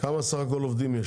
כמה עובדים יש